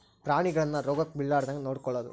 ಪ್ರಾಣಿಗಳನ್ನ ರೋಗಕ್ಕ ಬಿಳಾರ್ದಂಗ ನೊಡಕೊಳದು